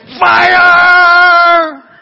Fire